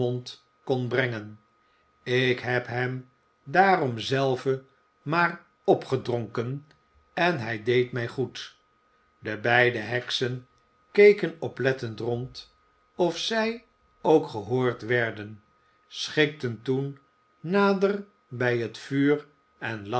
kon brengen ik heb hem daarom zelve maar opgedronken en hij deed mij goed de beide heksen keken oplettend rond of zij ook gehoord werden schikten toen nader bij het vuur en